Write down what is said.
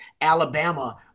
Alabama